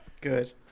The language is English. Good